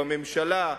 בממשלה,